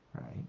right